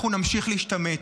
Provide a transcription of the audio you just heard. אנחנו נמשיך להשתמט,